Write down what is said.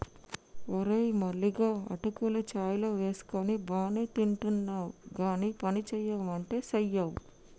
ఓరే మల్లిగా అటుకులు చాయ్ లో వేసుకొని బానే తింటున్నావ్ గానీ పనిసెయ్యమంటే సెయ్యవ్